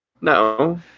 No